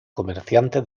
comerciante